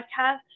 podcast